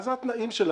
מה זה "התנאים שלכם"?